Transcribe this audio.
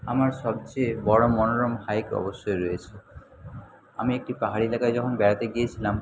আমার সবচেয়ে বড়ো মনোরম হাইক অবশ্যই রয়েছে আমি একটি পাহাড়ি এলাকায় যখন বেড়াতে গিয়েছিলাম